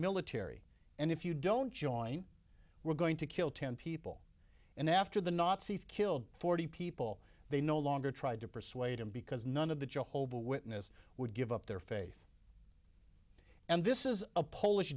military and if you don't join we're going to kill ten people and after the nazis killed forty people they no longer tried to persuade him because none of the jehovah witness would give up their faith and this is a polish